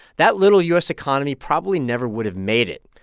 that little u s. economy probably never would have made it.